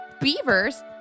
beavers